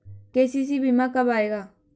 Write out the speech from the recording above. KCC बीमा कब आएगा?